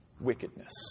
Wickedness